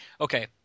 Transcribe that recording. okay